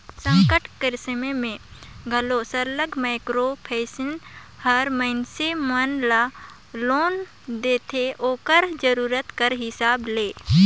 संकट कर समे में घलो सरलग माइक्रो फाइनेंस हर मइनसे मन ल लोन देथे ओकर जरूरत कर हिसाब ले